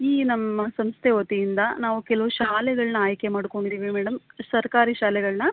ಈ ನಮ್ಮ ಸಂಸ್ಥೆ ವತಿಯಿಂದ ನಾವು ಕೆಲವು ಶಾಲೆಗಳನ್ನ ಆಯ್ಕೆ ಮಾಡಿಕೊಂಡಿದ್ದೀವಿ ಮೇಡಮ್ ಸರ್ಕಾರಿ ಶಾಲೆಗಳನ್ನ